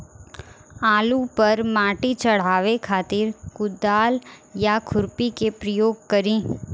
आलू पर माटी चढ़ावे खातिर कुदाल या खुरपी के प्रयोग करी?